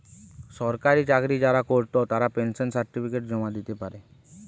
সরকারি চাকরি যারা কোরত তারা পেনশন সার্টিফিকেট জমা দিতে পারে